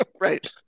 Right